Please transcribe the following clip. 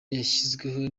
yashyizweho